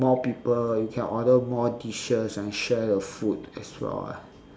more people you can order more dishes and share your food as well